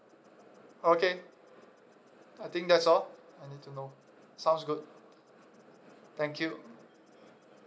okay I think that's all I need to know sounds good thank you